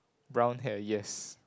brown hair yes